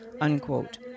unquote